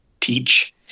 teach